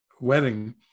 wedding